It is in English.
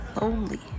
lonely